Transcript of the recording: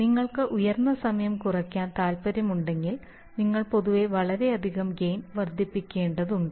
നിങ്ങൾക്ക് ഉയർന്ന സമയം കുറയ്ക്കാൻ താൽപ്പര്യമുണ്ടെങ്കിൽ നിങ്ങൾ പൊതുവെ വളരെയധികം ഗെയിൻ വർദ്ധിപ്പിക്കേണ്ടതുണ്ട്